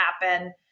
happen